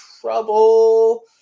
trouble